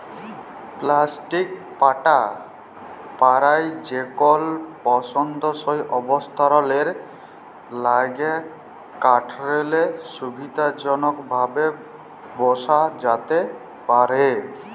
plastic পাটা পারায় যেকল পসন্দসই অবস্থালের ল্যাইগে কাঠেরলে সুবিধাজলকভাবে বসা যাতে পারহে